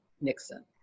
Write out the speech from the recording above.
Nixon